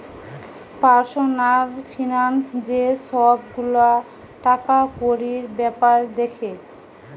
personal finance যে সব গুলা টাকাকড়ির বেপার দ্যাখে